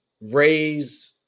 raise